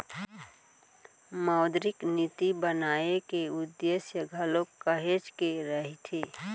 मौद्रिक नीति बनाए के उद्देश्य घलोक काहेच के रहिथे